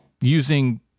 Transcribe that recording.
using